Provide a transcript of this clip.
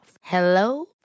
Hello